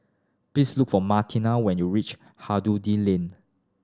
please look for Martina when you reach Lane